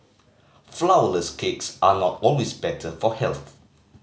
flourless cakes are not always better for health